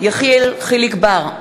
יחיאל חיליק בר,